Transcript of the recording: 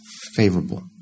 favorable